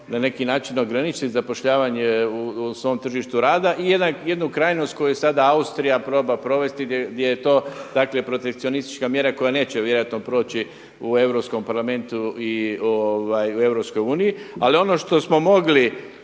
na neki način ograničiti zapošljavanje u svom tržištu rada i jednu krajnost koju sada Austrija proba provesti gdje je to, dakle protekcionistička mjera koja neće vjerojatno proći u Europskom parlamentu i u Europskoj uniji. Ali ono što smo mogli